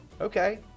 Okay